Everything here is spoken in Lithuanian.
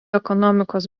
ekonomikos